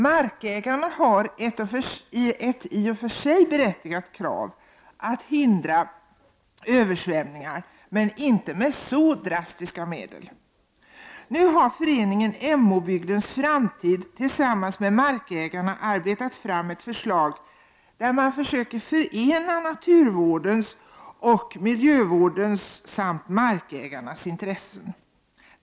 Markägarna har ett i och för sig berättigat krav att hindra översvämningar men inte med så drastiska medel. Nu har föreningen Emåbygdens framtid tillsammans med markägarna utarbetat ett förslag som försöker förena naturvårdens, miljövårdens och markägarnas intressen.